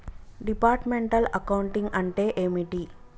Departmental accounting అంటే ఏమిటి?